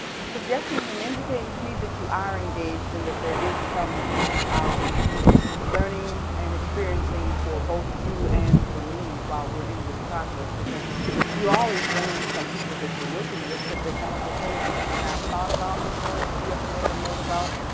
suggesting and indicating to me that you are engaged and that there is some um learning and experiencing for both you and for me while we're in this process because you always learn from people that you're working with because they come up with things that you've not thought about before, that you have to make a note about,